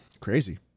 Crazy